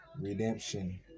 Redemption